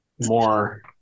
more